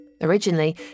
Originally